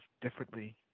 differently